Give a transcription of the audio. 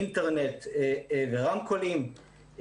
אינטרנט ורמקולים,